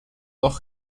dos